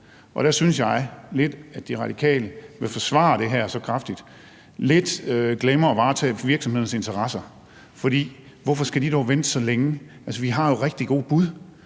Der synes jeg lidt, at De Radikale vil forsvare det her så kraftigt og lidt glemmer at varetage virksomhedernes interesser, for hvorfor skal de dog vente så længe? Altså, vi har jo rigtig gode bud.